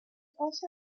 also